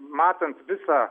matant visą